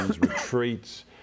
retreats